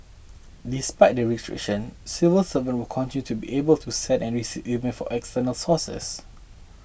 despite the restrictions civil servants will continue to be able to send and receive emails from external sources